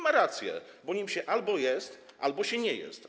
Ma rację, bo nim się albo jest, albo się nim nie jest.